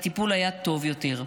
הטיפול היה טוב יותר.